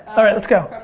alright, let's go.